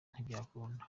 ntibyakunda